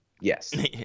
Yes